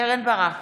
קרן ברק,